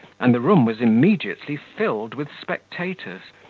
and the room was immediately filled with spectators,